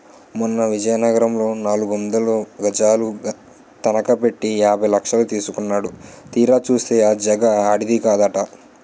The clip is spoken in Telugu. మొన్న విజయనగరంలో నాలుగొందలు గజాలు తనఖ పెట్టి యాభై లక్షలు తీసుకున్నాడు తీరా చూస్తే ఆ జాగా ఆడిది కాదట